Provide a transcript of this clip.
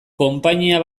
konpainia